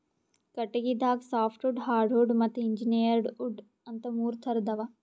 ಕಟಗಿದಾಗ softwood hardwood ಮತ್ತ್ engineered wood ಅಂತಾ ಮೂರ್ ಥರದ್ ಅವಾ